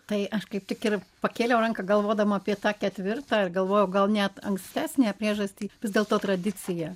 tai aš kaip tik ir pakėliau ranką galvodama apie tą ketvirtą ir galvojau gal net ankstesnę priežastį vis dėlto tradicija